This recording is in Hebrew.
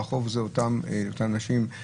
החוב זה אותן נשים.